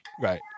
Right